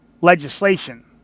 legislation